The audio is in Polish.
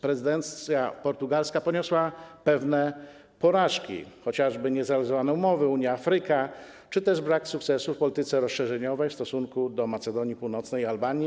Prezydencja portugalska poniosła pewne porażki, chociażby nie zrealizowano umowy Unia - Afryka ani nie było sukcesów w polityce rozszerzeniowej w stosunku do Macedonii Północnej i Albanii.